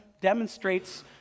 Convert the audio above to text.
demonstrates